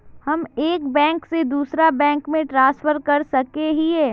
हम एक बैंक से दूसरा बैंक में ट्रांसफर कर सके हिये?